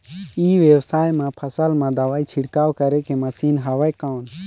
ई व्यवसाय म फसल मा दवाई छिड़काव करे के मशीन हवय कौन?